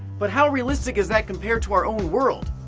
but how realistic is that compared to our world?